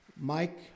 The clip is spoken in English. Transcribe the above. Mike